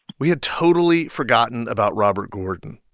we had totally forgotten about robert gordon.